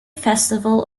festival